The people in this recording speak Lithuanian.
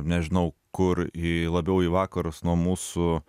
nežinau kur į labiau į vakarus nuo mūsų